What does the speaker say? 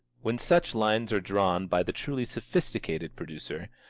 when such lines are drawn by the truly sophisticated producer,